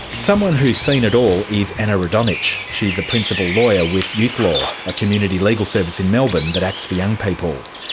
someone who's seen it all is anna radonic. she's a principal lawyer with youth law, a community legal service in melbourne that acts for young people.